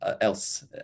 else